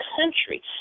country